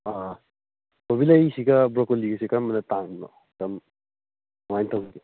ꯀꯣꯕꯤꯂꯩꯁꯤꯒ ꯕ꯭ꯔꯣꯀꯣꯂꯤꯁꯤꯒ ꯀꯔꯝꯕꯅ ꯇꯥꯡꯕꯅꯣ ꯑꯗꯨꯝ ꯀꯃꯥꯏꯅ ꯇꯧꯒꯦ